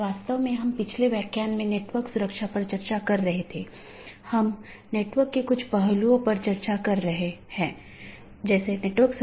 जैसा कि हम पिछले कुछ लेक्चरों में आईपी राउटिंग पर चर्चा कर रहे थे आज हम उस चर्चा को जारी रखेंगे